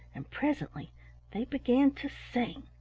and presently they began to sing